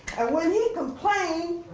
when he complained,